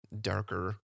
darker